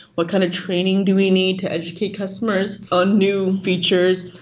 what kind of training do we need to educate customers on new features?